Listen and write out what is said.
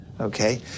okay